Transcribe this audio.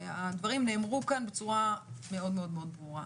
הדברים נאמרו כאן בצורה מאוד ברורה.